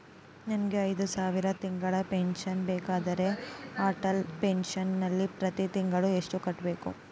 ನನಗೆ ಐದು ಸಾವಿರ ತಿಂಗಳ ಪೆನ್ಶನ್ ಬೇಕಾದರೆ ಅಟಲ್ ಪೆನ್ಶನ್ ನಲ್ಲಿ ಪ್ರತಿ ತಿಂಗಳು ಎಷ್ಟು ಕಟ್ಟಬೇಕು?